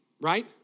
Right